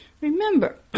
Remember